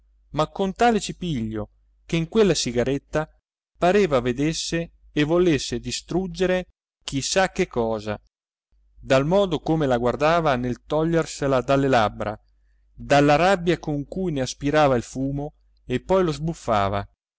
ma con tale cipiglio che in quella sigaretta pareva vedesse e volesse distruggere chi sa che cosa dal modo come la guardava nel togliersela dalle labbra dalla rabbia con cui ne aspirava il fumo e poi lo sbuffava